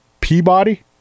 Peabody